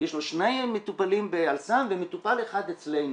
יש לו שני מטופלים ב"אל סם" ומטופל אחד אצלנו.